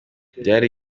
byari